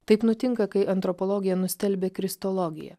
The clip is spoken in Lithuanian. taip nutinka kai antropologija nustelbia kristologiją